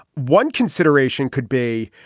one consideration could be.